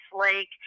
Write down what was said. Lake